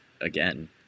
again